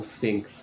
Sphinx